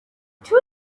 two